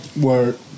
Word